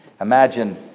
imagine